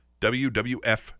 WWF